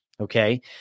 Okay